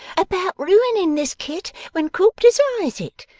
about ruining this kit when quilp desires it?